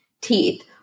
teeth